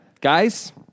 Guys